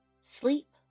sleep